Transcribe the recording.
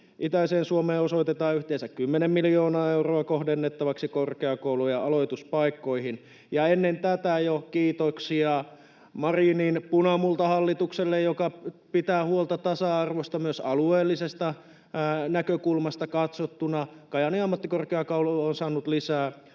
Itä-Suomeen osoitetaan yhteensä kymmenen miljoonaa euroa kohdennettavaksi korkeakoulujen aloituspaikkoihin. Ja jo ennen tätä kiitoksia Marinin punamultahallitukselle, joka pitää huolta tasa-arvosta myös alueellisesta näkökulmasta katsottuna: Kajaanin ammattikorkeakoulu on saanut lisää